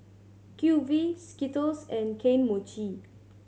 Q V Skittles and Kane Mochi